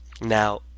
now